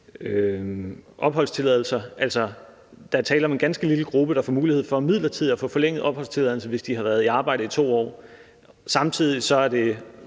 opholdstilladelser: Altså, der er tale om en ganske lille gruppe, der får mulighed for midlertidigt at få forlænget opholdstilladelsen, hvis de har været i arbejde i 2 år. Samtidig er det